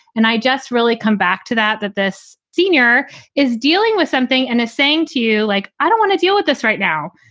and i just really come back to that, that this senior is dealing with something and saying to you, like, i don't want to deal with this right now.